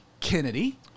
Kennedy